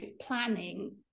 planning